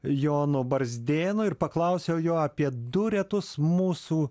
jonu barzdėnu ir paklausiau jo apie du retus mūsų